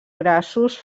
grassos